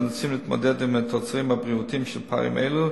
נאלצים להתמודד עם התוצרים הבריאותיים של פערים אלו,